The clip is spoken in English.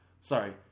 sorry